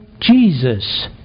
Jesus